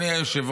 בבקשה.